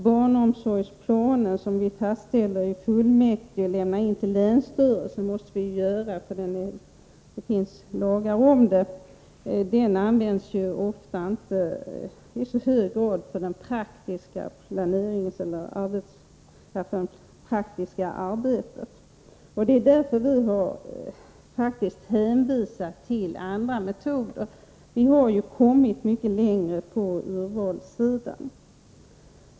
Barnomsorgsplaner som vi fastställer i fullmäktige och lämnar in till länsstyrelsen måste vi ju göra, eftersom det finns lagar om det, men de används ofta inte i så hög grad för det praktiska arbetet. Det är därför vi faktiskt har hänvisat till andra metoder. Vi har ju kommit mycket längre på urvalssidan.